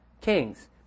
kings